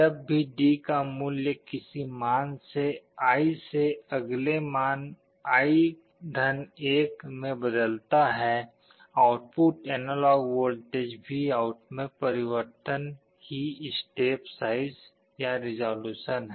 जब भी D का मूल्य किसी मान से i से अगले मान i 1 में बदलता है आउटपुट एनालॉग वोल्टेज VOUT में परिवर्तन ही स्टेप साइज या रिज़ोलुशन है